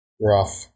rough